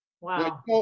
Wow